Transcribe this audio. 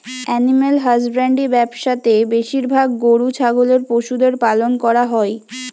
animal husbandry ব্যবসা তে বেশিরভাগ গরু ছাগলের পশুদের পালন করা হই